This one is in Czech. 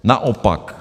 Naopak.